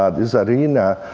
ah this arena,